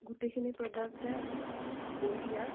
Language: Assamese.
গোটেইখিনি প্ৰডাক্টে বঢ়িয়া